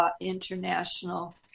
International